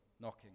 knocking